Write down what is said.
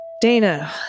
Dana